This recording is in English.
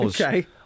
Okay